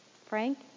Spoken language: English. Frank